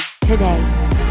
today